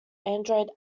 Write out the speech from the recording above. android